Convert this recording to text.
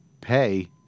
pay